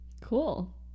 Cool